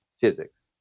physics